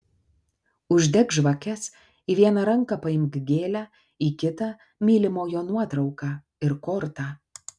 uždek žvakes į vieną ranką paimk gėlę į kitą mylimojo nuotrauką ir kortą